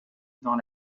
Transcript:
dans